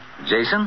Jason